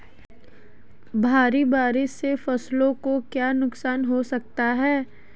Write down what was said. भारी बारिश से फसलों को क्या नुकसान हो सकता है?